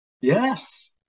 Yes